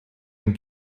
ein